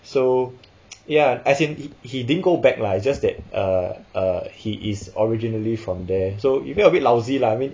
so ya as in he didn't go back lah it's just that err err he is originally from there so you feel a bit lousy lah I mean